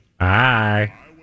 Hi